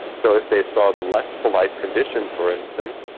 so if they saw the less polite condition, for instance,